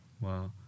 wow